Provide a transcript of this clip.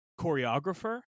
choreographer